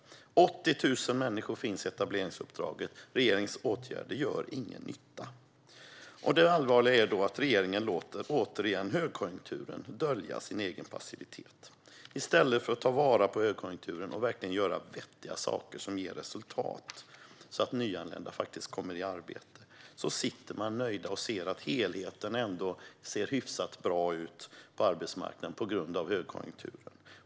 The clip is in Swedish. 80 000 människor finns i etableringsuppdraget - regeringens åtgärder gör ingen nytta. Det allvarliga är, återigen, att regeringen låter högkonjunkturen dölja dess egen passivitet. I stället för att ta vara på högkonjunkturen och göra vettiga saker som ger resultat, så att nyanlända kommer i arbete, sitter regeringen nöjd och ser att helheten ändå ser hyfsat bra ut på arbetsmarknaden tack vare högkonjunkturen.